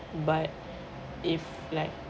but if like